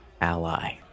ally